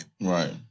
Right